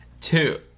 Two